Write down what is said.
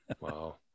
Wow